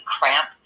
cramp